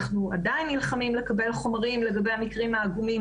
אנחנו עדיין נלחמים לקבל חומרים לגבי המקרים העגומים